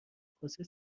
کاسه